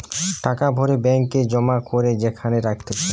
টাকা ভরে ব্যাঙ্ক এ জমা করে যেখানে রাখতিছে